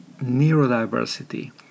neurodiversity